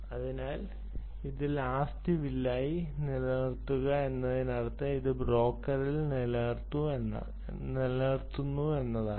അതിനാൽ ഇത് last will ആയി നിലനിർത്തുക എന്നതിനർത്ഥം അത് ബ്രോക്കറിൽ നിലനിർത്തുന്നു എന്നാണ്